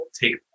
take